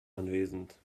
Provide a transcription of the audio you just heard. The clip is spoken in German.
anwesend